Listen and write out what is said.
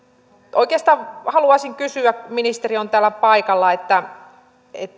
oikeastaan haluaisin kysyä kun ministeri on täällä paikalla